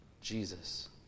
Jesus